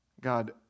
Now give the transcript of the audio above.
God